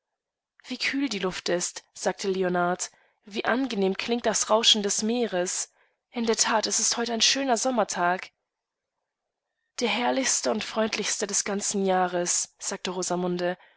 wie kühl die luft ist sagte leonard wie angenehm klingt das rauschen des meeres indertat esistheuteinschönersommertag der herrlichste und freundlichste des ganzen jahres sagte